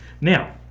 now